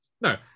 No